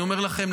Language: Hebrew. אני אומר לכם,